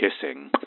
kissing